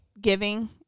giving